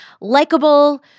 likable